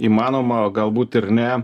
įmanoma galbūt ir ne